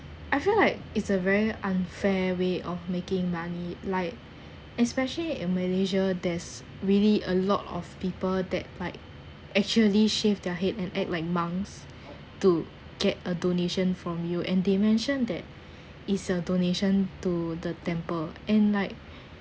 I feel like it's a very unfair way of making money like especially in malaysia there's really a lot of people that like actually shave their head and act like monks to get a donation from you and they mention that is a donation to the temple and like